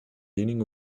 leaning